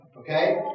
Okay